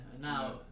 now